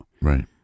right